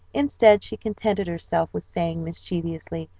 instead she contented herself with saying, mischievously,